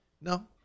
No